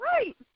Right